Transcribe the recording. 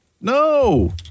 No